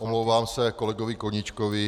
Omlouvám se kolegovi Koníčkovi.